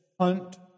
hunt